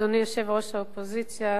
אדוני יושב-ראש האופוזיציה,